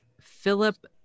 Philip